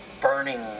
burning